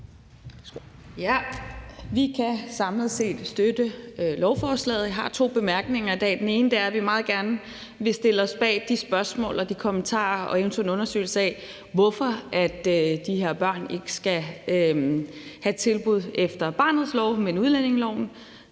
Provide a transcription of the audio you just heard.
Vi kan samlet set støtte lovforslaget. Jeg har to bemærkninger i dag. Den ene er, at vi meget gerne vil stille os bag de spørgsmål og de kommentarer og eventuelt en undersøgelse af, hvorfor de her børn ikke skal have tilbud efter barnets lov, men udlændingeloven.